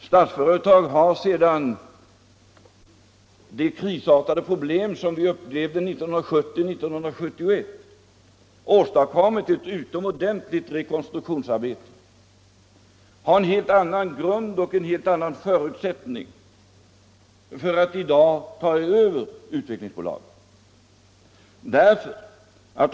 Statsföretag har efter de krisartade problem som vi upplevde 1970 och 1971 åstadkommit ett utomordentligt rekonstruktionsarbete och har en helt annan grund för att i dag ta över Utvecklingsbolaget.